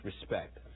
respect